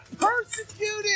persecuted